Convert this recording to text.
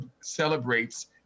celebrates